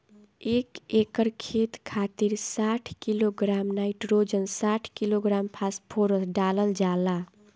एक एकड़ खेत खातिर साठ किलोग्राम नाइट्रोजन साठ किलोग्राम फास्फोरस डालल जाला?